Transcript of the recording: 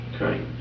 Okay